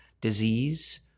disease